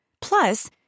Plus